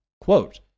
Quote